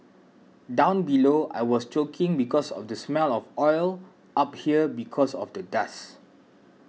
down below I was choking because of the smell of oil up here because of the dust